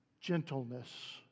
Gentleness